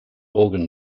organ